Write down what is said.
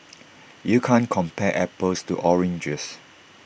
you can't compare apples to oranges